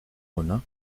ohne